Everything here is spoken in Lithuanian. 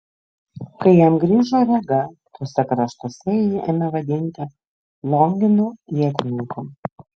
kai jam grįžo rega tuose kraštuose jį ėmė vadinti longinu ietininku